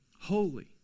Holy